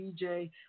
dj